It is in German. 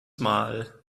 mal